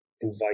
invite